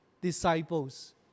disciples